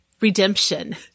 Redemption